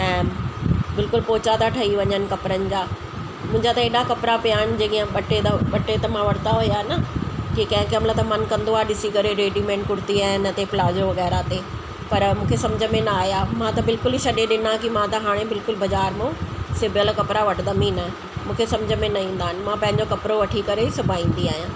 ऐं बिल्कुलु पोचा था ठही वञनि कपिड़नि जा मुंहिंजा त हेॾा कपिड़ा पिया आहिनि जेके ऐं ॿ टे त ॿ टे त वरिता हुआ न कि कंहिं कंहिं महिल त मनु कंदो आहे ॾिसी करे रेडीमेड कुर्ती ऐं हिन ते प्लाजो वग़ैरह ते पर मूंखे समुझ में न आया मां त बिल्कुलु ई छॾे ॾिना कि मां त हाणे बिल्कुलु बज़ारि मां सिबियल कपिड़ा वठंदमि ई न मूंखे समुझ में न ईंदा आहिनि मां पंहिंजो कपिड़ो वठी करे सिबाईंदी आहियां